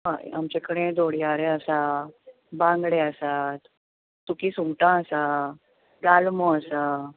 हय आमचे कडेन दोडयारे आसात बांगडे आसात सुकी सुंगटां आसा गालमो आसा